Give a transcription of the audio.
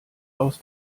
aus